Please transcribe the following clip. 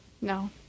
No